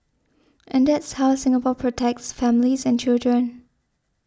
and that's how Singapore protects families and children